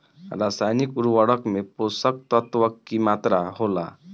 रसायनिक उर्वरक में पोषक तत्व की मात्रा होला?